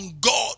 God